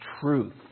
truth